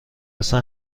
واسه